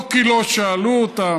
לא כי לא שאלו אותם,